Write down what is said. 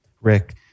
Rick